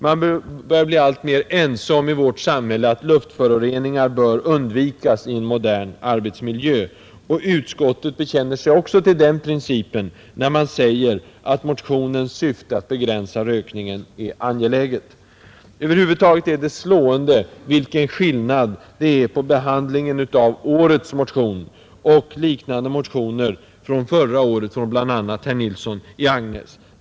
Man börjar i vårt samhälle bli alltmer ense om att luftförorening bör undvikas i en modern arbetsmiljö, och utskottet bekänner sig också till den principen, när man säger att motionens syfte att begränsa rökningen är angeläget. Över huvud taget är det en slående skillnad mellan behandlingen av årets motion och behandlingen av liknande motioner förra året av bl.a. herr Nilsson i Agnäs.